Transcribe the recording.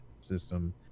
system